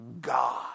God